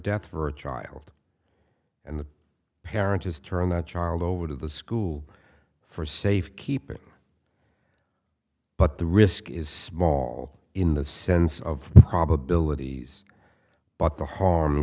death for a child and the parent just turn that child over to the school for safe keeping but the risk is small in the sense of probabilities but the harm